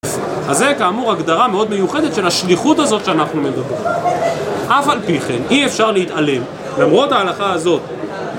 אז זה כאמור הגדרה מאוד מיוחדת של השליחות הזאת שאנחנו מדברים. אף על פי כן אי אפשר להתעלם למרות ההלכה הזאת...